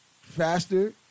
faster